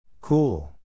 Cool